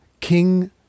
King